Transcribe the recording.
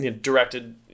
directed